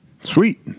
Sweet